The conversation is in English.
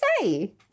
say